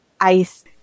Ice